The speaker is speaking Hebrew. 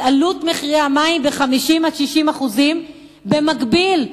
עליית מחירי המים ב-50% עד 60%. במקביל,